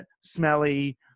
smelly